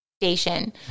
station